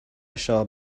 shall